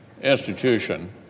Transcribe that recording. institution